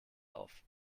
auf